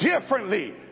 differently